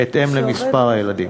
בהתאם למספר הילדים.